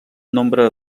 nombre